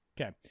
Okay